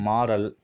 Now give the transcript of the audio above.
Moral